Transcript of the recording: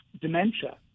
dementia